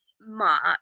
March